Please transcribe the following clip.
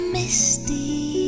misty